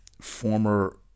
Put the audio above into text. Former